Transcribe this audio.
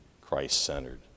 Christ-centered